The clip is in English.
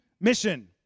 mission